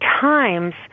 times